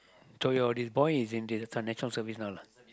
so your all these boy is in the National-Service now lah